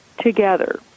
together